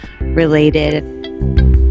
related